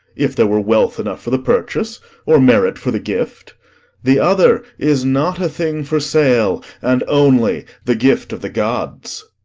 if there were wealth enough for the purchase or merit for the gift the other is not a thing for sale, and only the gift of the gods.